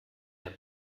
der